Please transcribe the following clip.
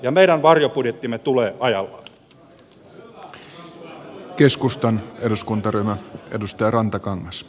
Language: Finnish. ja meidän varjobudjettimme tulee ajallaan